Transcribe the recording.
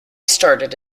started